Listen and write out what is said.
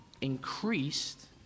Increased